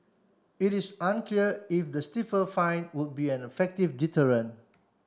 it is unclear if the stiffer fine would be an effective deterrent